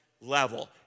level